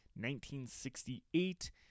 1968